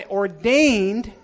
ordained